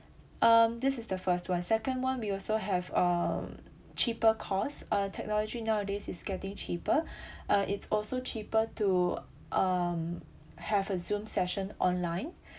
um this is the first one second one we also have um cheaper cost uh technology nowadays is getting cheaper uh it's also cheaper to um have a zoom session online